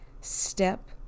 step